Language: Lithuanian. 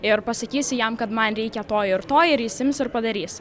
ir pasakysi jam kad man reikia to ir to ir jis ims ir padarys